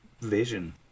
vision